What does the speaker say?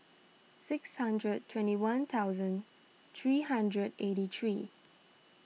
six hundred twenty one thousand three hundred eighty three